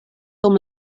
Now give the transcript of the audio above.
dum